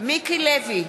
מיקי לוי,